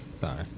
sorry